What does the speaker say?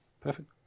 Perfect